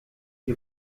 die